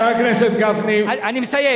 חבר הכנסת גפני, אני מסיים.